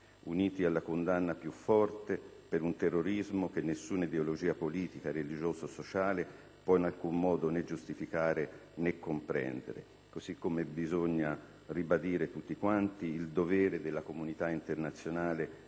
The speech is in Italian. uniti alla condanna più forte per un terrorismo che nessuna ideologia politica, religiosa o sociale può in alcun modo né giustificare, né comprendere. Così come tutti devono ribadire il dovere da parte della Comunità internazionale